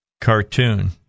cartoon